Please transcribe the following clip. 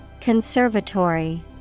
Conservatory